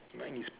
mine is